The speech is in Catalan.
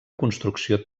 construcció